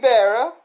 Berra